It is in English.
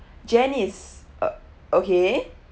janice uh okay